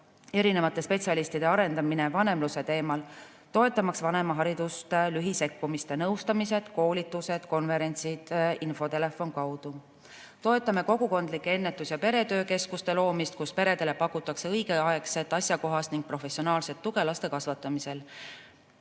tegelevate spetsialistide arendamist vanemluse teemal, toetamaks vanemaharidust lühisekkumiste, nõustamiste, koolituste, konverentside ja infotelefoni abil. Toetame kogukondlike ennetus- ja peretöökeskuste loomist, kus peredele pakutakse õigeaegset, asjakohast ning professionaalset tuge laste kasvatamisel,